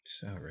Sorry